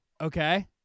Okay